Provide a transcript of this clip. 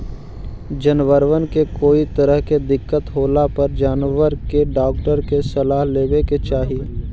जनबरबन के कोई तरह के दिक्कत होला पर जानबर के डाक्टर के सलाह लेबे के चाहि